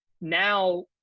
Now